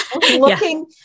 looking